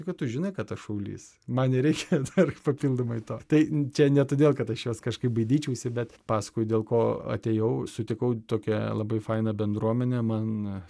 tai kad tu žinai kad aš šaulys man nereikia dar papildomai to tai čia ne todėl kad aš juos kažkaip bandyčiausi bet pasakoju dėl ko atėjau sutikau tokią labai fainą bendruomenę man